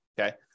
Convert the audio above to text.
Okay